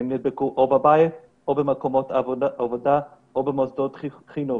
נדבקו או בבית או במקומות עבודה או במוסדות חינוך.